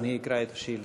אדוני יקרא את השאילתה.